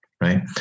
right